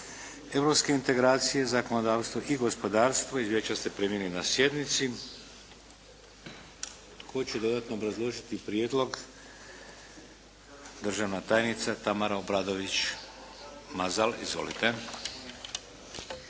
europske integracije, zakonodavstvo i gospodarstvo. Izvješća ste primili na sjednici. Tko će dodatno obrazložiti prijedlog? Državna tajnica Tamara Obradović Mazal. Izvolite.